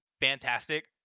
fantastic